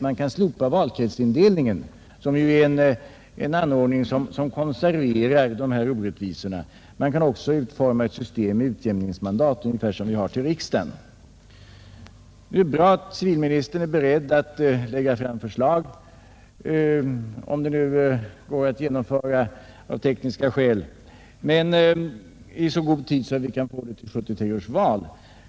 Man kan slopa valkretsindelningen, som ju är en anordning som konserverar dessa orättvisor. Man kan även utforma ett system med utjämningsmandat, ungefär som vid val till riksdagen. Det är bra att civilministern är beredd att lägga fram förslag till ett nytt system, om det nu av tekniska skäl går att genomföra i så god tid att vi kan tillämpa det vid 1973 års val.